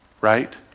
Right